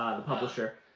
the publisher,